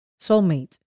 Soulmate